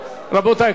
רבותי,